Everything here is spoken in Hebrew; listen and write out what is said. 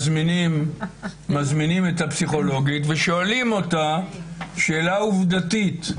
מזמינים את הפסיכולוגית ושואלים אותה שאלה עובדתית.